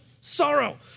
sorrow